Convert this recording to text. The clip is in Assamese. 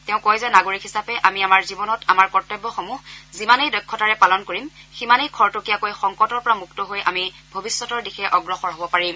তেওঁ কয় যে নাগৰিক হিচাপে আমি আমাৰ জীৱনত আমাৰ কৰ্তব্যসমূহ যিমানেই দক্ষতাৰে পালন কৰিম সিমানেই খৰটকীয়াকৈ সংকটৰ পৰা মুক্ত হৈ আমি ভৱিষ্যতৰ দিশে অগ্ৰসৰ হ'ব পাৰিম